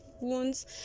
wounds